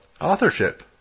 authorship